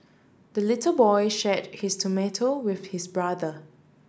the little boy shared his tomato with his brother